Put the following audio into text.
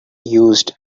used